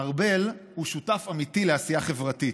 ארבל הוא שותף אמיתי לעשייה חברתית,